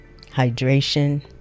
hydration